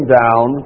down